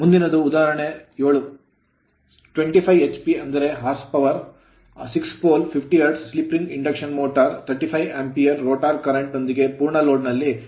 ಮುಂದಿನದು ಉದಾಹರಣೆ 7 A 25 h p ಅಂದರೆ horse power ಅಶ್ವಶಕ್ತಿ 6 pole pole 50 hertz hertz slip ring induction motor slip ring induction motor 35 Amepre ampere rotor current rotor current ನೊಂದಿಗೆ ಪೂರ್ಣ load ನಲ್ಲಿ 960 rpm ನಲ್ಲಿ ಚಲಿಸುತ್ತದೆ